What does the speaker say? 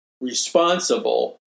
responsible